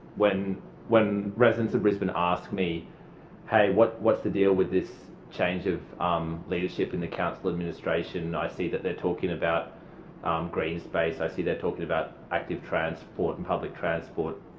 when when residents of brisbane ask me hey, what's what's the deal with this change of leadership in the council administration i see that they're talking about green space, i see they're talking about active transport and public transport,